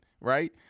Right